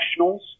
nationals